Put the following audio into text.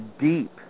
deep